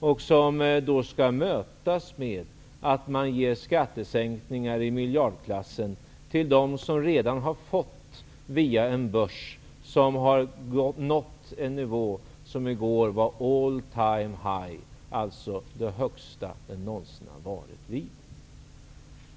Det skall nu mötas med att man ger skattesänkningar i miljardklassen till dem som redan har fått, via en börs som har nått en nivå som i går var all time high, alltså det högsta den någonsin har varit.